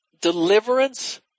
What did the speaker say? deliverance